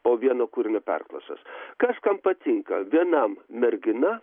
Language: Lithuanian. po vieno kūrinio perklausos kas kam patinka vienam mergina